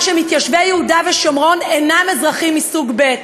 שמתיישבי יהודה ושומרון אינם אזרחים מסוג ב'.